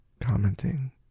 commenting